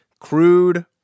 crude